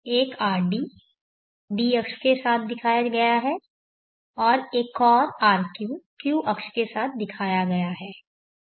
एक rd d अक्ष के साथ दिखाया गया है और एक और rq q अक्ष के साथ दिखाया गया है